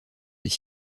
des